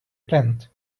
planned